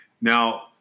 Now